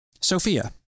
Sophia